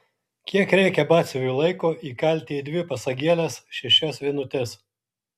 kiek reikia batsiuviui laiko įkalti į dvi pasagėles šešias vinutes